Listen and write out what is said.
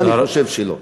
אני חושב שלא.